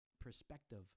perspective